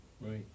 Right